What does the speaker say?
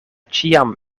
ĉiam